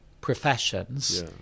professions